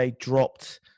dropped